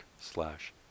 slash